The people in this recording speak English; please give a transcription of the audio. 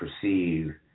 perceive